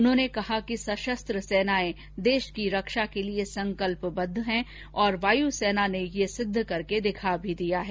उन्होंने कहा कि सशस्त्र सेनाएं देश की रक्षा के लिए संकल्पबद्ध हैं और वायुसेना ने यह सिद्ध करके दिखा भी दिया है